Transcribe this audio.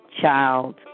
child